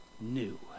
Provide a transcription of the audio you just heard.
new